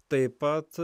taip pat